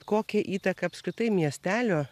kokią įtaką apskritai miestelio